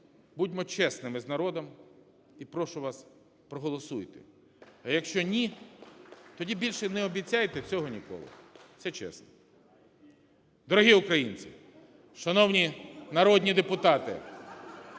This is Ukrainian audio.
Будьмо чесними з народом. І прошу вас – проголосуйте. А якщо ні, тоді більше не обіцяйте цього ніколи. Це чесно. Дорогі українці, шановні народні депутати,